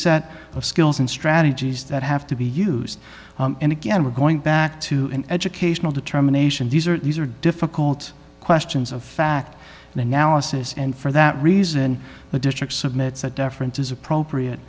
set of skills and strategies that have to be used and again we're going back to an educational determination these are these are difficult questions of fact analysis and for that reason the district submits that deference is appropriate